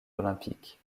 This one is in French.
olympiques